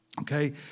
Okay